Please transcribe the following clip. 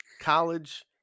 college